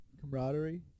Camaraderie